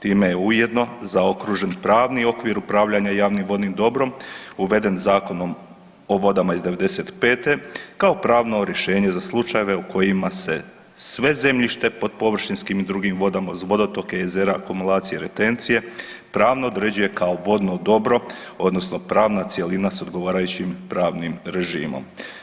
Time je ujedno zaokružen pravni okvir upravljanja javnim vodnim dobrom uveden Zakonom o vodama iz '95.-te kao pravo rješenje za slučajeve u kojima se sve zemljište pod površinskim i drugim vodama uz vodotoke, jezera, akumulacije i retencije pravno određuje kao vodno dobro odnosno pravna cjelina s odgovarajućim pravnim režimom.